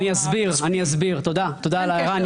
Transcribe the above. תודה על ההערה.